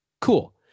cool